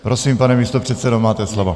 Prosím, pane místopředsedo, máte slovo.